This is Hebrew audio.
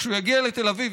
כשהוא יגיע לתל אביב,